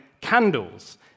candles